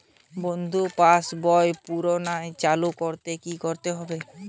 বন্ধ পাশ বই পুনরায় চালু করতে কি করতে হবে?